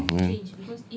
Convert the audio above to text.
ya I mean